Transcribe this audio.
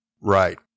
Right